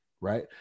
right